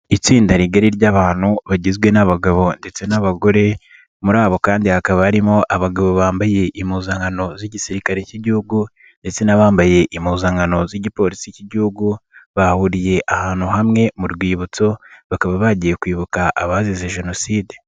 Itsinda rigari ry'abantu bagizwe n'abagabo ndetse n'abagore muri abo kandi hakaba harimo abagabo bambaye impuzankano z'igisirikare k'Igihugu ndetse n'abambaye impuzankano z'igipolisi k'Igihugu bahuriye ahantu hamwe mu rwibutso bakaba bagiye kwibuka abazize Jenoside.